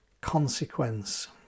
consequence